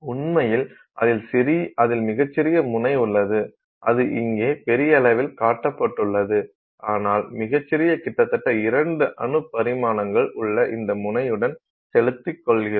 உண்மையில் அதில் மிகச் சிறிய முனை உள்ளது அது இங்கே பெரிய அளவில் காட்டப்பட்டுள்ளது ஆனால் மிகச் சிறிய கிட்டத்தட்ட இரண்டு அணு பரிமாணங்கள் உள்ள இந்த முனையுடன் செலுத்தௌகிறோம்